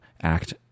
act